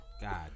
God